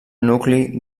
nucli